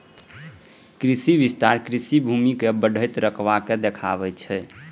कृषि विस्तार कृषि भूमि के बढ़ैत रकबा के देखाबै छै